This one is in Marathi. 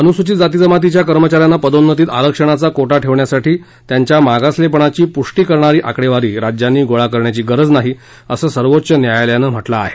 अनुसूचित जाती जमातीच्या कर्मचा यांना पदोन्नतीत आरक्षणाचा कोटा ठेवण्यासाठी त्यांच्या मागासलेपणाची पृष्टी करणारी आकडेवारी राज्यांनी गोळा करण्याची गरज नाही असं सर्वोच्च न्यायालयानं म्हटलं आहे